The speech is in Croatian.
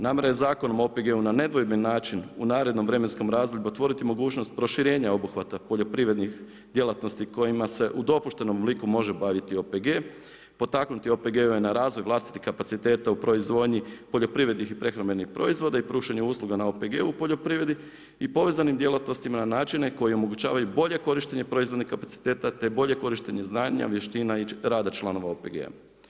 Nama je Zakon o OPG-u na nedvojben način u narednom vremenskom razdoblju otvoriti mogućnost, proširenja obuhvata poljoprivrednih djelatnosti kojima se u dopuštenom obliku može baviti OPG, potaknuti OPG na razvoj vlastitih kapaciteta u proizvodnji poljoprivrednih i prehrambena proizvoda i pružanju usluga na OPG u poljoprivredi i povezanim djelatnostima na načine, koji omogućavaju bolje korištenje proizvodnih kapaciteta, te bolje korištenje znanja, vještina i rada članova OPG-a.